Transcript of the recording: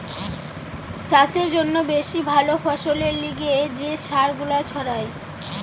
চাষের জন্যে বেশি ভালো ফসলের লিগে যে সার গুলা ছড়ায়